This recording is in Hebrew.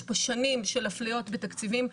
יש פה שנים של אפליות בתקציבים.